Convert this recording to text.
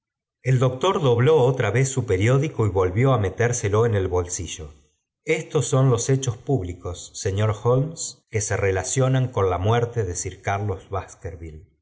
ei doctor dobló otra vez su periódico y volvió á metérselo en el bolsillo estos son los hechos públicos señor holmes que se relacionan con la muerte de sir carlos